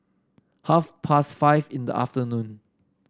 half past five in the afternoon